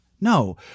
No